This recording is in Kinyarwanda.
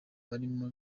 barimo